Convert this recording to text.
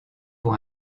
pour